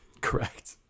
Correct